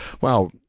wow